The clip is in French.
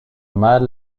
mal